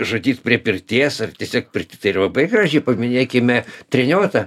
žudyt prie pirties ar tiesiog pirty yra labai graži paminėkime treniotą